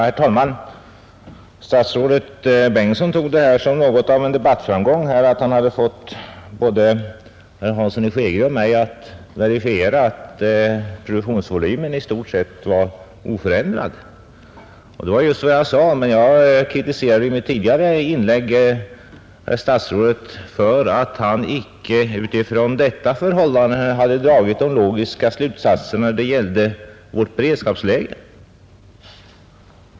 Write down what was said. Herr talman! Statsrådet Bengtsson tog det som något av en debattframgång att han fått både herr Hansson i Skegrie och mig att verifiera att produktionsvolymen i stort sett var oförändrad. Ja, det var just vad jag sade, men i mitt tidigare inlägg kritiserade jag herr statsrådet för att han icke utifrån detta förhållande dragit den logiska slutsatsen när det gällde vårt beredskapsläge.